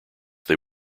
they